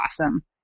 awesome